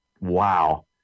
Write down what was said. Wow